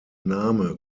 name